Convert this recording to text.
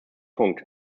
punkt